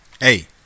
hey